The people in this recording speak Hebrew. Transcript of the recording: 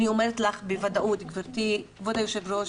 אני אומרת לך בוודאות גבירתי כבוד היו"ר,